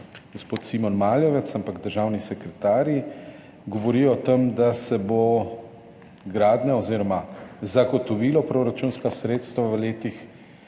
gospod Simon Maljevac, ampak državni sekretarji – govorijo o tem, da se bo zagotovilo proračunska sredstva v letih